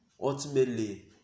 Ultimately